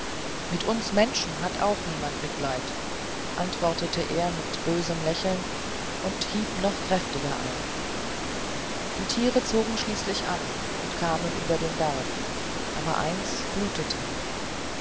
mit uns menschen hat auch niemand mitleid antwortete er mit bösem lächeln und hieb noch kräftiger ein die tiere zogen schließlich an und kamen über den berg aber eins blutete